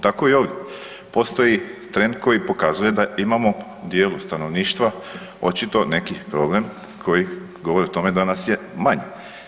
Tako i ovdje, postoji trend koji pokazuje da imamo u dijelu stanovništva očito neki problem koji govori o tome da nas je manje.